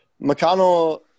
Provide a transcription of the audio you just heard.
McConnell